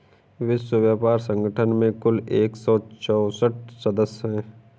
विश्व व्यापार संगठन में कुल एक सौ चौसठ सदस्य हैं